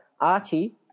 Archie